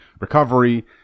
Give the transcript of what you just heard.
recovery